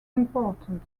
important